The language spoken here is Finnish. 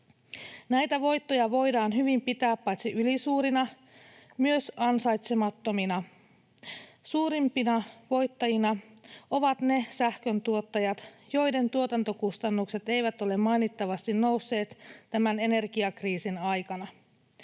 Näitä voittoja voidaan hyvin pitää paitsi ylisuurina, myös ansaitsemattomina. Suurimpina voittajina ovat ne sähköntuottajat, joiden tuotantokustannukset eivät ole mainittavasti nousseet tämän energiakriisin aikana.